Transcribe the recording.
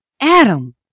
Adam